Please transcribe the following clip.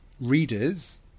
readers